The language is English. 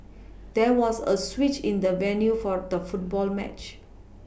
there was a switch in the venue for the football match